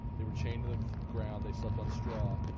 they were chained to the ground. they slept on straw.